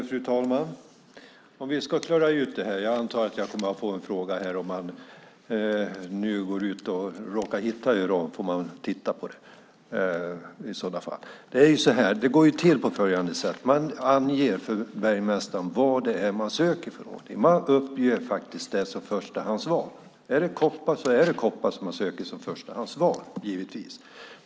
Fru talman! Vi ska klara ut det här. Jag antar att jag kommer att få en fråga: Om man nu går ut och råkar hitta uran, får man titta på det i sådana fall? Det går ju till på följande sätt: Man anger för bergmästaren vad det är man söker. Det uppger man som förstahandsval. Är det koppar man söker ska man ange koppar som förstahandsval, givetvis.